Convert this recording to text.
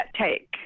take